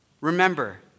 Remember